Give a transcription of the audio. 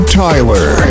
Tyler